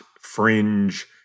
fringe